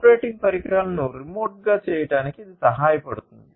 operating పరికరాలను రిమోట్గా చేయడానికి ఇది సహాయపడుతుంది